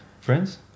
Friends